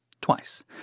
twice